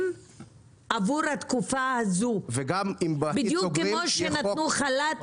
עבור התקופה הזו בדיוק כמו שנתנו חל"ת